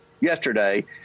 yesterday